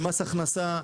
למס ההכנסה.